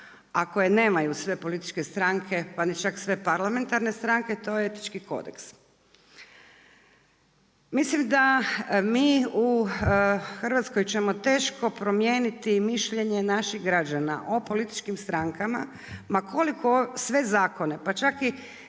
a koje nemaju sve političke stranke pa ni čak sve parlamentarne stranke, to je Etički kodeks. Mislim da mi u Hrvatskoj ćemo teško promijeniti mišljenje naših građana o političkim strankama ma koliko sve zakone pa ček i